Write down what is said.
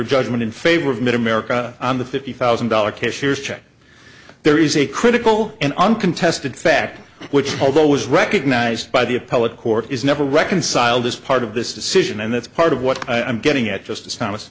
entered judgment in favor of middle america on the fifty thousand dollars cashier's check there is a critical and uncontested fact which although was recognized by the appellate court is never reconciled as part of this decision and that's part of what i'm getting at justice thomas